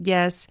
Yes